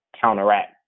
counteract